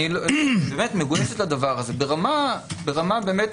היא באמת מגויסת לדבר הזה ברמה מדינתית.